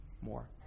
more